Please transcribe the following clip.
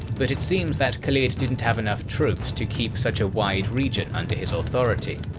but it seems that khalid didn't have enough troops to keep such a wide region under his authority.